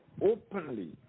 openly